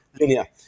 Linear